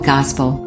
Gospel